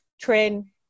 train